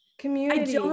Community